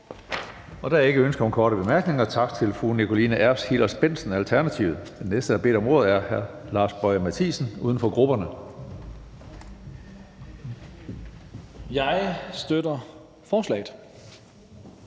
Jeg støtter forslaget.